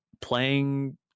playing